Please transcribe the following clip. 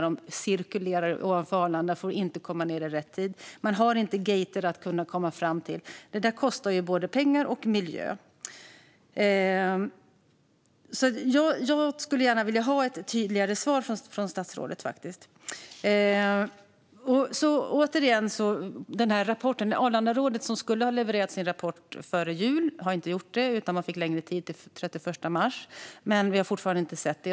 De cirkulerar ovanför Arlanda så att de inte kommer ned vid rätt tid, och det finns inte gater att komma fram till. Det här kostar både pengar och miljö. Jag skulle gärna vilja ha ett tydligare svar från statsrådet. Arlandarådet skulle ha levererat sin rapport före jul. Det gjorde man inte utan fick förlängd tid till 31 mars. Men vi har fortfarande inte sett den.